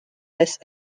laisse